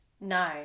No